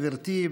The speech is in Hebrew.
גברתי,